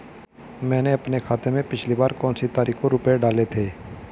मैंने अपने खाते में पिछली बार कौनसी तारीख को रुपये डाले थे?